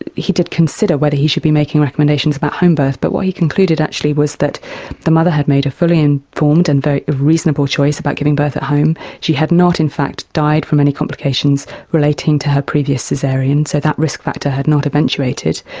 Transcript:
and he did consider whether he should be making recommendations about homebirth, but what he concluded actually was that the mother had made a fully informed and very. reasonable choice about giving birth at home, she had not in fact died from any complications relating to her previous caesarean, and so that risk factor had not eventuated,